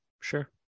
sure